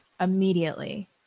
immediately